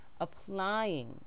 applying